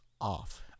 off